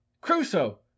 crusoe